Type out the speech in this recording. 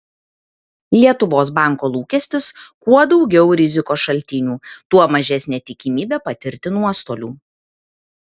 lietuvos banko lūkestis kuo daugiau rizikos šaltinių tuo mažesnė tikimybė patirti nuostolių